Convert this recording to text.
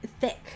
thick